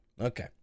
Okay